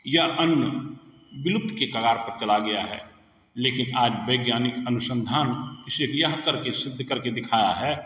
यह अन्न विलुप्त के कगार पर चल गया है लेकिन आज वैज्ञानिक अनुसंधान इसे करके सिद्ध करके दिखाया है